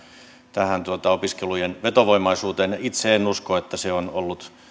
tähän opiskelujen vetovoimaisuuteen itse en usko että se on ollut